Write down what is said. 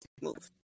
Move